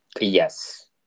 Yes